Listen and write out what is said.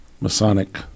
Masonic